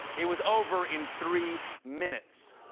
it was over in three minutes.